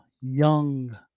young